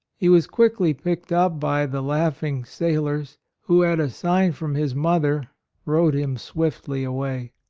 he was quickly picked up by the laughing sailors, who at a sign from his mother rowed him swiftly away.